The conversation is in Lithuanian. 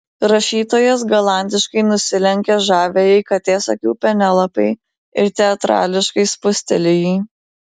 rašytojas galantiškai nusilenkia žaviajai katės akių penelopei ir teatrališkai spusteli jį